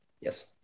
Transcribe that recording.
Yes